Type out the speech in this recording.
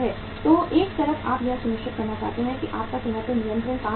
तो एक तरफ आप यह सुनिश्चित करना चाहते हैं कि आपका संयंत्र निरंतर काम कर रहा है